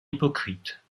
hypocrite